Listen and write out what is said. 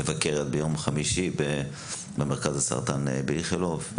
מבקרת ביום חמישי במרכז לסרטן באיכילוב.